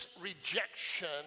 rejection